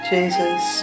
Jesus